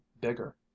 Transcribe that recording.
bigger